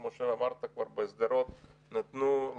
כמו שאמרת, כבר בשדרות נתנו.